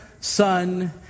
Son